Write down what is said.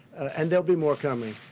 and there will be more coming.